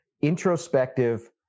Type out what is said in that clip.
introspective